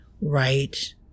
right